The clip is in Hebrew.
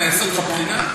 שאני אעשה לך בחינה?